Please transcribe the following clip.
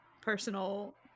personal